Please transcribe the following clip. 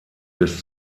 bis